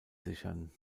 sichern